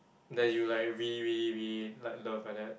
that you like really really really like love like that